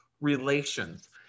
relations